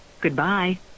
Goodbye